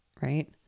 right